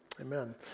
Amen